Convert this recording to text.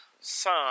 Son